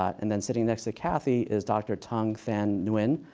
and then sitting next to kathy is dr. tung van nguyen.